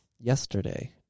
yesterday